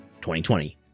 2020